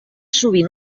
sovint